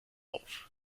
auf